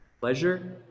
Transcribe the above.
pleasure